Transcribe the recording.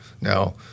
Now